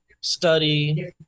study